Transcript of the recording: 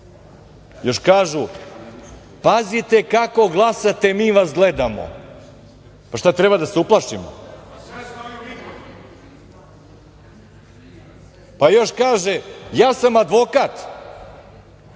Još kažu - pazite kako glasate, mi vas gledamo! Šta treba, da se uplašimo? Još kaže - ja sam advokat,